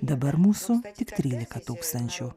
dabar mūsų tik trylika tūkstančių